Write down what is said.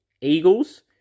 Eagles